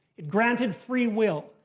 it granted free will.